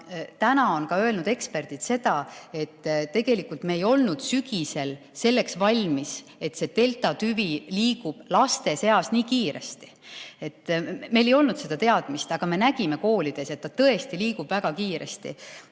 täna ka on öelnud eksperdid seda, et tegelikult me ei olnud sügisel selleks valmis, et deltatüvi levib laste seas nii kiiresti. Meil ei olnud seda teadmist, aga me nägime koolides, et ta tõesti levib väga kiiresti.